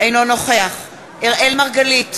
אינו נוכח אראל מרגלית,